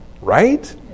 right